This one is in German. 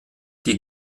die